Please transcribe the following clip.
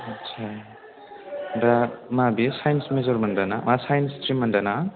आस्सा दा मा बे साइन्स मेजरमोन दा साइन्स स्ट्रिममोन दा ना